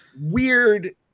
weird